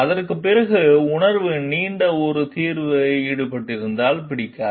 அதற்குப் பிறகு உணர்வு நீண்ட ஒரு தீர்வு ஈடுபட்டிருந்தால் பிடிக்காது